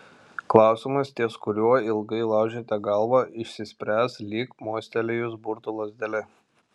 klausimas ties kuriuo ilgai laužėte galvą išsispręs lyg mostelėjus burtų lazdele